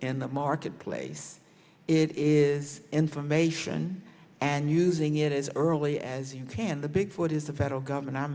in the marketplace it is information and using it as early as you can the big foot is the federal government